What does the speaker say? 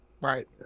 Right